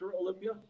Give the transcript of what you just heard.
Olympia